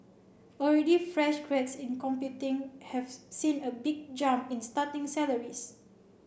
already fresh grads in computing have seen a big jump in starting salaries